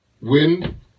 win